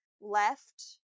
left